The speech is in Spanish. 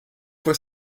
fue